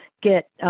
get